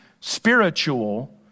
spiritual